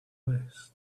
list